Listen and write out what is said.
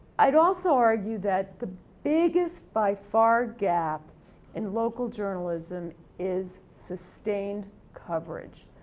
i'd also argue that the biggest, by far, gap in local journalism is sustained coverage.